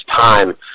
time